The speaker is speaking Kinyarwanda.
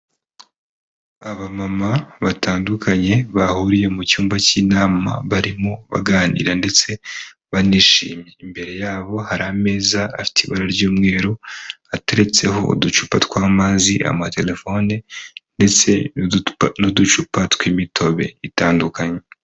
Abamama batandukanye bahuriye mu cyumba cy'inama barimo baganira ndetse banishimye, imbere yabo hari ameza afite iba ry'umweru ateretseho uducupa tw'amazi, amaterefone ndetse n'uducupa tw'imitobe itandukanye.